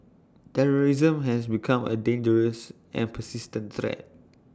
terrorism has become A dangerous and persistent threat